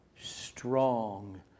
strong